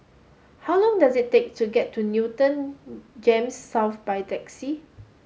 how long does it take to get to Newton GEMS South by taxi